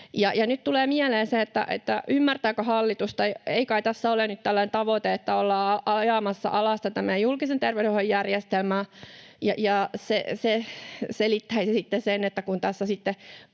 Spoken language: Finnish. Nyt tulee siis mieleen, ymmärtääkö hallitus tai ei kai tässä ole nyt tällainen tavoite, että ollaan ajamassa alas tätä meidän julkisen terveydenhuollon järjestelmää. Se selittäisi sen, mihin kaikki